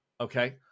Okay